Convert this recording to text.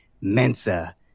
Mensa